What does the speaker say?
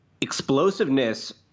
explosiveness